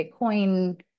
Bitcoin